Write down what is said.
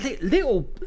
Little